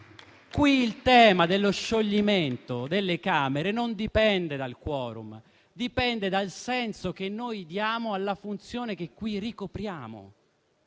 Qui il tema dello scioglimento delle Camere non dipende dal *quorum*, ma dal senso che diamo alla funzione che ricopriamo.